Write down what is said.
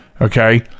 okay